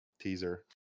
teaser